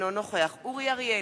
אינו נוכח אורי אריאל,